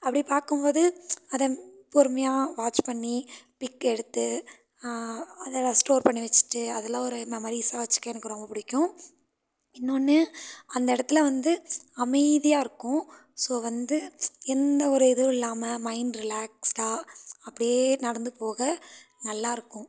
அப்படி பார்க்கும் போது அதை பொறுமையாக வாச் பண்ணி பிக் எடுத்து அதெலாம் ஸ்டோர் பண்ணி வச்சுகிட்டு அதெலாம் ஒரு மெமரிஸாக வச்சிருக்க எனக்கு ரொம்ப பிடிக்கும் இன்னொன்னு அந்த இடத்துல வந்து அமைதியாக இருக்கும் ஸோ வந்து எந்த ஒரு இதுவும் இல்லாமல் மைண்ட் ரிலாக்ஸ்ஸா அப்படியே நடந்து போக நல்லாயிருக்கும்